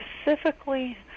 specifically